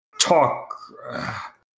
talk